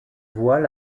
voit